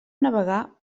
navegar